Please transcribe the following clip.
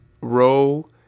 row